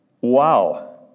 Wow